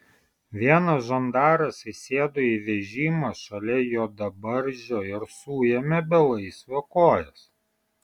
vienas žandaras įsėdo į vežimą šalia juodabarzdžio ir suėmė belaisvio kojas